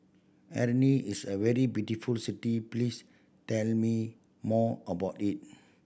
is a very beautiful city please tell me more about it